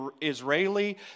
Israeli